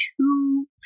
two